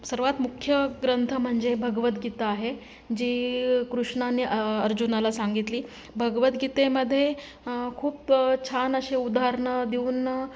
सर्वात मुख्य ग्रंथ म्हणजे भगवद्गीता आहे जी कृष्णाने अर्जुनाला सांगितली भगवद्गीतेमध्ये खूप छान असे उदाहरणं देऊन